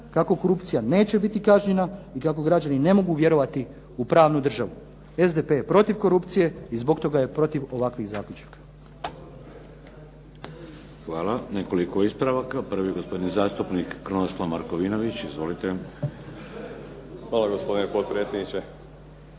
kako korupcija neće biti kažnjena i kako građani ne mogu vjerovati u pravnu državu. SDP je protiv korupcije i zbog toga je protiv ovakvih zaključaka. **Šeks, Vladimir (HDZ)** Hvala. Nekoliko ispravaka. Prvi gospodin zastupnik Krunoslav Markovinović. Izvolite. **Markovinović,